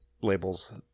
labels